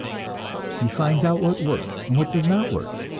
he finds out what works, and what does not work,